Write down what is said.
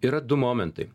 yra du momentai